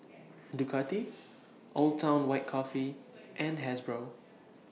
Ducati Old Town White Coffee and Hasbro